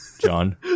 John